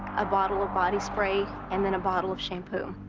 a bottle of body spray and then a bottle of shampoo.